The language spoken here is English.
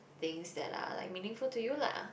things that are like meaningful to you lah